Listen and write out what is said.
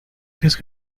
eres